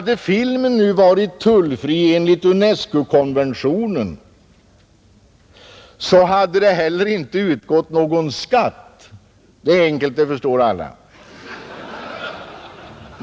Om filmerna hade varit tullfria enligt UNESCO-konventionen hade det heller inte utgått någon skatt — det är enkelt, och det förstår alla.